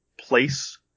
place